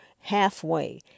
halfway